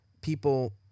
people